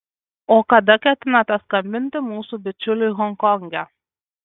o kada ketinate skambinti mūsų bičiuliui honkonge